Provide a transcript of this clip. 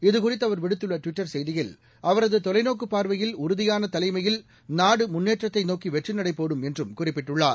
இதுகுறித்து அவர் விடுத்துள்ள டுவிட்டர் செய்தியில் அவரது தொலைநோக்கு பார்வையில் உறுதியான தலைமையில் நாடு முன்னேற்றத்தை நோக்கி வெற்றிநடை போடும் என்றும் குறிப்பிட்டுள்ளார்